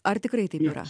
ar tikrai taip yra